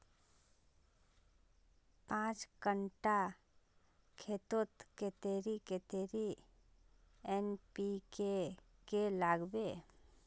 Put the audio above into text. पाँच कट्ठा खेतोत कतेरी कतेरी एन.पी.के के लागबे?